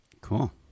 Cool